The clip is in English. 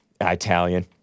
Italian